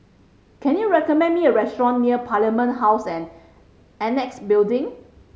can you recommend me a restaurant near Parliament House and Annexe Building